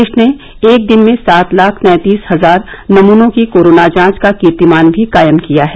देश ने एक दिन में सात लाख तैंतीस हजार नमनों की कोरोना जांच का कीर्तिमान भी कायम किया है